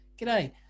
G'day